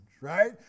right